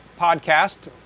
podcast